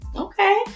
Okay